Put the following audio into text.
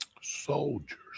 Soldiers